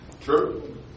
True